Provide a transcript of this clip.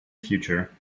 future